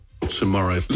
tomorrow